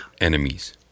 enemies